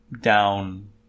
down